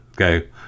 okay